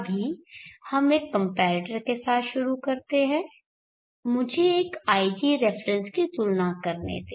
अभी हम एक कम्पेरेटर के साथ शुरू करते हैं मुझे एक ig रेफेरेंस की तुलना करने दें